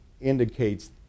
indicates